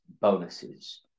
bonuses